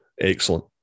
excellent